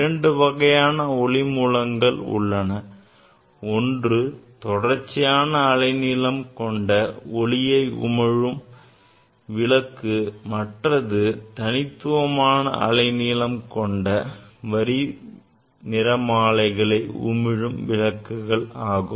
இரண்டு வகையான ஒளி மூலங்கள் உள்ளன ஒன்று தொடர்ச்சியான அலைநீளம் கொண்ட ஒளியை உமிழும் விளக்கு மற்றது தனித்துவமான அலைநீளம் கொண்ட வரி நிறமாலைகளை உமிழும் விளக்கு ஆகும்